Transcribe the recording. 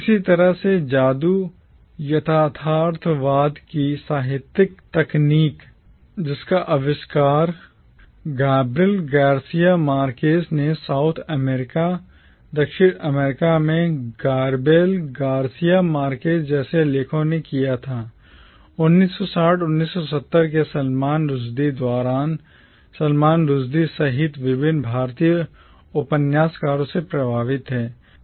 इसी तरह से जादू यथार्थवाद की साहित्यिक तकनीक जिसका आविष्कार Gabriel Garcia Marquez in South America दक्षिण अमेरिका में गेब्रियल गार्सिया मार्केज़ जैसे लेखकों ने किया था 1960 और 1970 के Salman Rushdie दौरान सलमान Rushdie रश्दी सहित विभिन्न भारतीय उपन्यासकारों से प्रभावित थे